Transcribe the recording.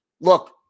look